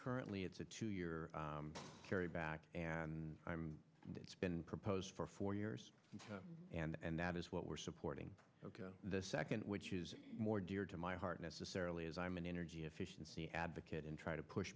currently it's a two year carry back and i'm and it's been proposed for four years and that is what we're supporting the second which is more dear to my heart necessarily as i'm an energy efficiency advocate and try to push